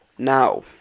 Now